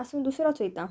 आसू दुसरो चोयता